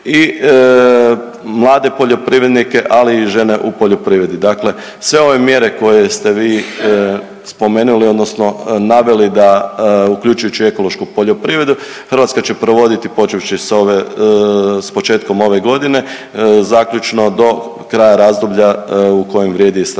i mlade poljoprivrednike, ali i žene u poljoprivredi. Dakle sve ove mjere koje ste vi spomenuli, odnosno naveli da uključujući ekološku poljoprivredu, Hrvatska će provoditi, počevši s ove, s početkom ove godine zaključno do kraja razdoblja u kojem vrijedi strateški